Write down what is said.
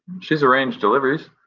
she's arranged deliveries.